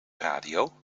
radio